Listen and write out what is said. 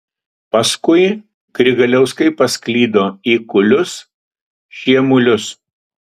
paskui grigalauskai pasklido į kulius šiemulius